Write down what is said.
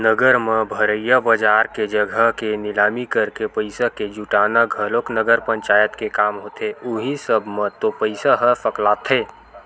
नगर म भरइया बजार के जघा के निलामी करके पइसा के जुटाना घलोक नगर पंचायत के काम होथे उहीं सब म तो पइसा ह सकलाथे